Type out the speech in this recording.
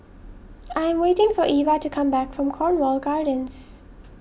I am waiting for Eva to come back from Cornwall Gardens